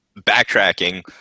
backtracking